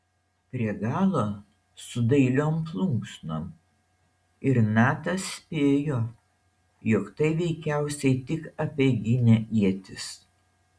prie galo su dailiom plunksnom ir natas spėjo jog tai veikiausiai tik apeiginė ietis